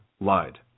lied